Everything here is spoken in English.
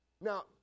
Now